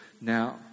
now